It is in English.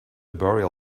burial